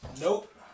Nope